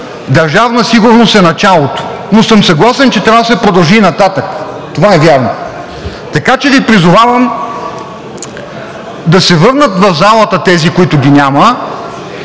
Държавна сигурност е началото, но съм съгласен, че трябва да се продължи и нататък. Това е вярно! Така че Ви призовавам да се върнат в залата тези, които ги няма,